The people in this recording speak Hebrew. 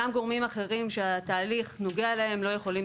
גם גורמים אחרים שהתהליך נוגע אליהם לא יכולים